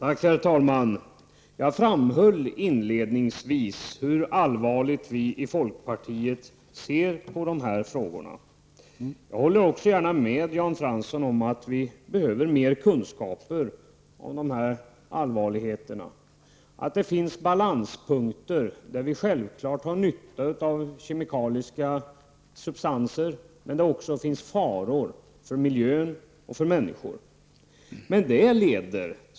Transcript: Herr talman! Jag framhöll inledningsvis hur allvarligt vi i folkpartiet ser på de här frågorna. Jag håller gärna med Jan Fransson om att vi behöver mer kunskaper i dessa allvarliga frågor och om att det finns balanspunkter där vi självfallet har nytta av kemikaliska substanser. Men i det avseendet finns det också faror för miljön och för människor.